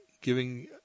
giving